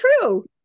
true